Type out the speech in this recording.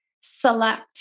select